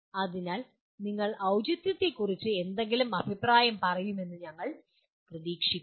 അതിനാൽ നിങ്ങൾ ഔചിതൃത്തെക്കുറിച്ച് എന്തെങ്കിലും അഭിപ്രായം പറയുമെന്ന് ഞങ്ങൾ പ്രതീക്ഷിക്കുന്നു